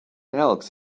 elks